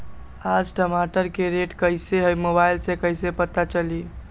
आज टमाटर के रेट कईसे हैं मोबाईल से कईसे पता चली?